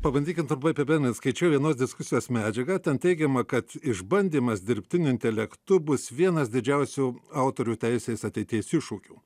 pabandykim trumpai apibendrint skaičiau vienos diskusijos medžiagą ten teigiama kad išbandymas dirbtiniu intelektu bus vienas didžiausių autorių teisės ateities iššūkių